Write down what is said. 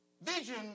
vision